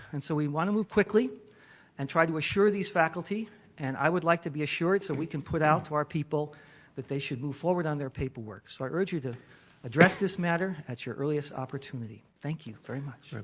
and so we want to move quickly and try to assure this faculty and i would like to be assured so we can put out to our people that they should move forward on their paperwork. so i urge you to address this matter at your earliest opportunity. thank you very much.